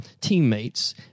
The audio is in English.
teammates